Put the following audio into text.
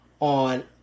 on